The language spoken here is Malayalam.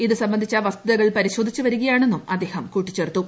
ഇത് സംബന്ധിച്ച വസ്തുതകൾ പരിശോധിച്ച് വരികയാണെന്നും അദ്ദേഹം കൂട്ടിച്ചേർത്തു